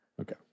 Okay